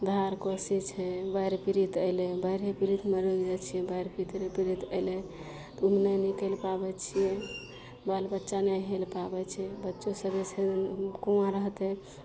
धार कोसी छै बाढ़ि पीड़ित अइलय बाढ़ि पीड़ित मरि जाइ छै बाढ़ि पीड़ित अइलय तऽ ओइमे नहि निकलि पाबय छियै बाल बच्चा नहि हेल पाबय छै बच्चो सभ अइसे कुआँ रहतय